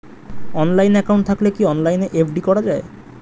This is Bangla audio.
অনলাইন একাউন্ট থাকলে কি অনলাইনে এফ.ডি করা যায়?